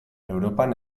europan